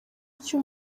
icyo